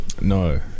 No